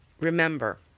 remember